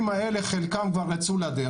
חלקם כבר יצאו לדרך.